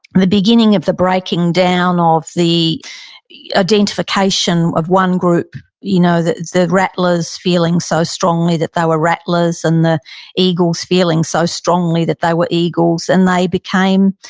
the beginning of the breaking down of the identification of one group, you know, the the rattlers feeling so strongly that they were rattlers and the eagles feeling so strongly that they were eagles. and they became,